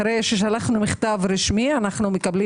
אחרי ששלחנו מכתב רשמי אנו מקבלים